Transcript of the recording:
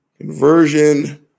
conversion